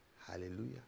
Hallelujah